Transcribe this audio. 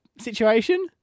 situation